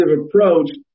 approach